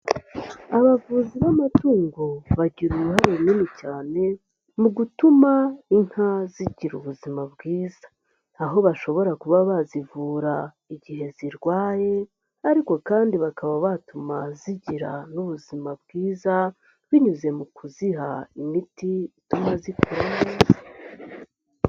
Abavuzi b'amatungo bagira uruhare runini cyane mu gutuma inka zigira ubuzima bwiza, aho bashobora kuba bazivura igihe zirwaye ariko kandi bakaba batuma zigira n'ubuzima bwiza binyuze mu kuziha imiti ituma zikura neza.